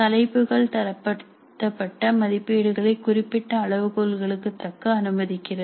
தலைப்புகள் தரப்படுத்தப்பட்ட மதிப்பீடுகளை குறிப்பிட்ட அளவுகோல்களுக்கு தக்க அனுமதிக்கிறது